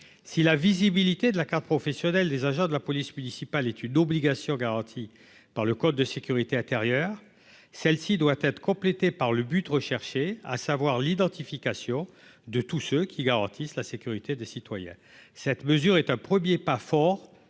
si la visibilité de la carte professionnelle des agents de la police municipale étude obligations garanties par le code de sécurité intérieure, celle-ci doit être complété par le but recherché, à savoir l'identification de tous ceux qui garantissent la sécurité des citoyens, cette mesure est un premier pas fort